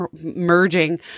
merging